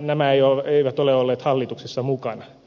nämä eivät ole olleet hallituksessa mukana